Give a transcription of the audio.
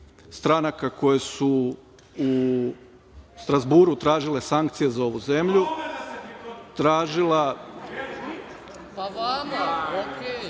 stranaka koje su u Strazburu tražile sankcije za ovu zemlju, tražile da se ukinu